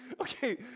okay